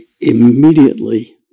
immediately